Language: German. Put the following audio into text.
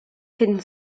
finden